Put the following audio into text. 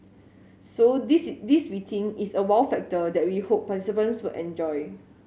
so this this we think is a wow factor that we hope participants will enjoy